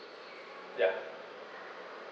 ya